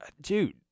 dude